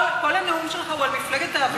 כל הנאום שלך הוא על מפלגת העבודה?